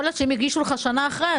יכול להיות שאם הגישו לך שנה אחרי,